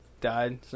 died